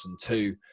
two